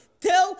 till